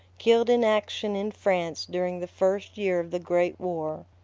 killed in action in france during the first year of the great war.